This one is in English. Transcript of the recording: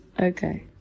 Okay